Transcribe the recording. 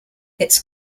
its